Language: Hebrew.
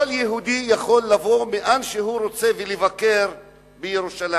כל יהודי יכול לבוא מהיכן שהוא רוצה ולבקר בירושלים,